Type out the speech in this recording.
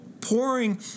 pouring